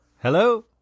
hello